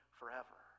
forever